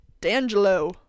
D'Angelo